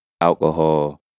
alcohol